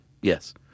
Yes